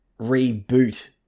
reboot